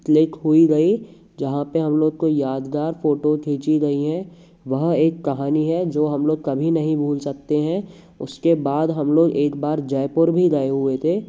click हुई गई जहाँ पे हम लोग को यादगार फोटो खींची गई है वह एक कहानी है जो हम लोग कभी नहीं भूल सकते हैं उसके बाद हम लोग एक बार जयपुर भी गए हुए थे